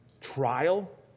trial